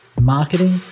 marketing